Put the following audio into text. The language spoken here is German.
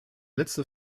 letzte